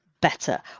better